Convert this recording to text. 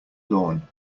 lawn